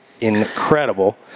Incredible